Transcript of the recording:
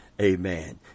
Amen